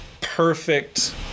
perfect